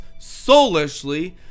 soulishly